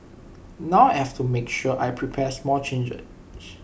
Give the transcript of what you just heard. now I have to make sure I prepare small changes